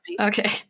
Okay